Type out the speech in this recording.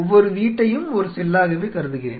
ஒவ்வொரு வீட்டையும் ஒரு செல்லாகவே கருதுகிறேன்